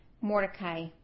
Mordecai